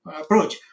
approach